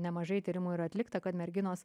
nemažai tyrimų ir atlikti kad merginos